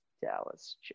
Dallas